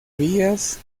vías